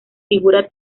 figura